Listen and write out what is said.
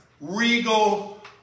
regal